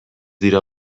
dira